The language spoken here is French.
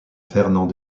fernand